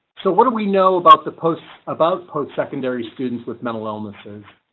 so what do we know about the post about post-secondary students with mental illnesses?